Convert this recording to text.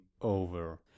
over